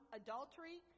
adultery